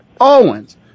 Owens